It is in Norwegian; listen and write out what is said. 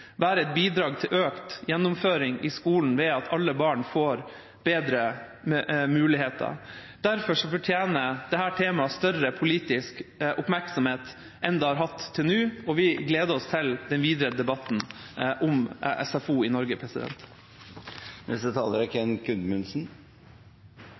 være et bidrag til økt gjennomføring i skolen ved at alle barn får bedre muligheter. Derfor fortjener dette temaet større politisk oppmerksomhet enn det har hatt til nå, og vi gleder oss til den videre debatten om SFO i Norge. Som medlem av utdanningskomiteen er